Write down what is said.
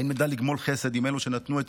האם נדע לגמול חסד עם אלו שנתנו את